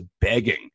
begging